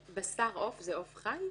בשר עוף זה עוף חי?